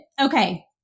Okay